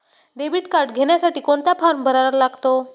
Debit card घेण्यासाठी कोणता form भरावा लागतो?